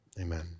amen